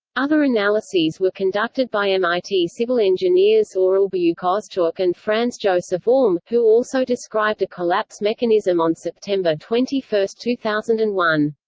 other analyses were conducted by mit civil engineers oral buyukozturk and franz-josef ulm, who also described a collapse mechanism on september twenty one, two thousand and one.